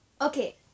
Okay